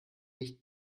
nicht